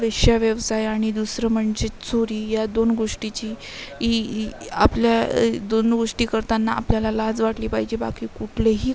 वेश्याव्यवसाय आणि दुसरं म्हणजे चोरी या दोन गोष्टींची ई आपल्या दोन गोष्टी करताना आपल्याला लाज वाटली पाहिजे बाकी कुठलेही